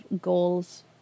goals